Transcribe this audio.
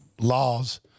laws